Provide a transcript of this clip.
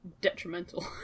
detrimental